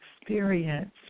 experience